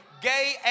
gay